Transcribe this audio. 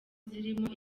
zirimo